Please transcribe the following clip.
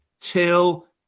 till